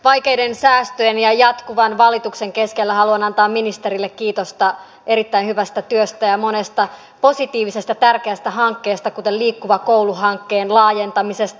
vaikeiden säästöjen ja jatkuvan valituksen keskellä haluan antaa ministerille kiitosta erittäin hyvästä työstä ja monesta positiivisesta tärkeästä hankkeesta kuten liikkuva koulu hankkeen laajentamisesta